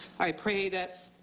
i pray that